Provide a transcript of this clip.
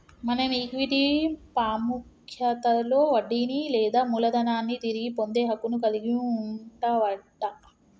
మనం ఈక్విటీ పాముఖ్యతలో వడ్డీని లేదా మూలదనాన్ని తిరిగి పొందే హక్కును కలిగి వుంటవట